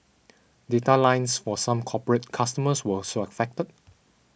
data lines for some corporate customers were also affected